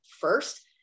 first